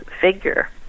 figure